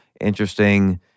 interesting